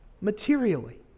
materially